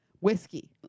Whiskey